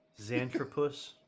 Xanthropus